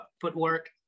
footwork